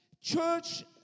church